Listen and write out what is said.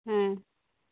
ᱦᱮᱸ